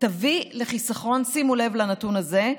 תביא לחיסכון, שימו לב לנתון הזה: